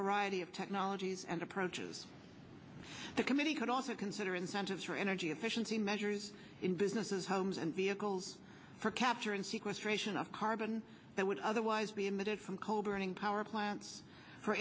variety of technologies and approaches the committee could also consider incentives for energy efficiency measures in businesses homes and vehicles for capture and sequestration of carbon that would otherwise be emitted from coal burning power plants for